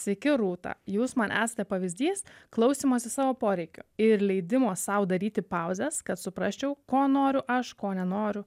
sveiki rūta jūs man esate pavyzdys klausymasis savo poreikio ir leidimo sau daryti pauzes kad suprasčiau ko noriu aš ko nenoriu